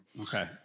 Okay